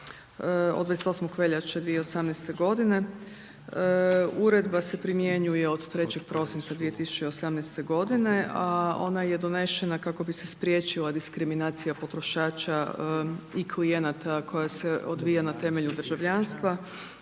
od 28. veljače 2018. godine. Uredba se primjenjuje od 03. prosinca 2018. godine, a ona je donešena kako bi se spriječila diskriminacija potrošača i klijenata koja se odvija na temelju državljanstva,